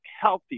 healthy